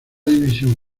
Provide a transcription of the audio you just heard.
división